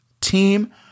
team